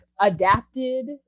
adapted